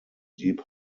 deep